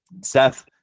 Seth